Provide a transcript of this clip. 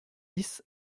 dix